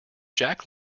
jack